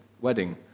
wedding